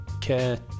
Care